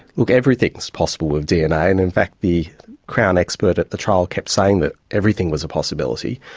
look, everything is possible with dna, and in fact the crown expert at the trial kept saying that everything was a possibility.